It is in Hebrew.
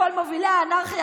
כל מובילי האנרכיה,